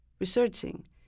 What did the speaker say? researching